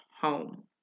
home